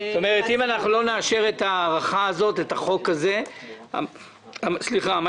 זאת אומרת שאם לא נאשר את החוק הזה אז המשמעות